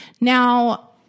Now